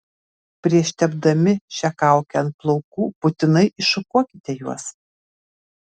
prieš tepdami šią kaukę ant plaukų būtinai iššukuokite juos